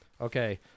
Okay